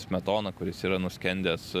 smetona kuris yra nuskendęs